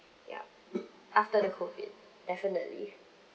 yup after the COVID definitely